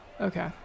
Okay